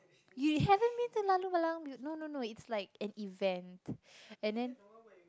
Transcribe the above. you haven't been to laloo-lalang no no no it's like an event and then